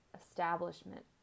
establishment